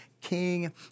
King